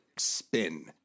spin